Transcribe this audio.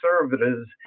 conservatives